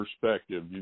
perspective